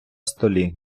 столі